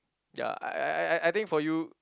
ya I I I I think for you